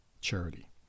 charity